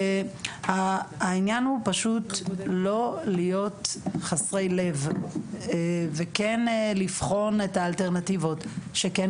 העניין הוא פשוט לא להיות חסרי לב וכן לבחון את האלטרנטיבות שכן